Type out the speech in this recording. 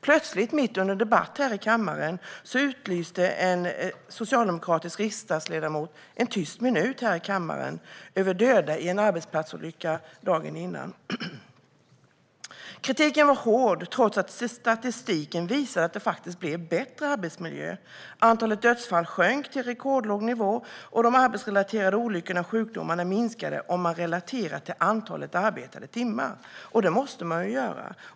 Plötsligt mitt under en debatt utlyste en socialdemokratisk riksdagsledamot en tyst minut här i kammaren för döda i en arbetsplatsolycka dagen innan. Kritiken var hård trots att statistiken visade att arbetsmiljön faktiskt blev bättre. Antalet dödsfall sjönk till rekordlåg nivå, och arbetsplatsrelaterade olyckor och sjukdomar minskade. Det ser man om man relaterar det till antalet arbetade timmar, och det måste man göra.